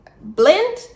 blend